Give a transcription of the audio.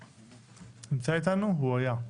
נמצא איתנו או היה?